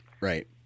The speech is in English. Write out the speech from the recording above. Right